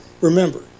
Remember